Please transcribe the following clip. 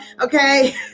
okay